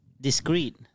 discreet